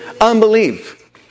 Unbelief